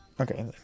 Okay